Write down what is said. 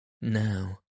Now